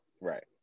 Right